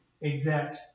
exact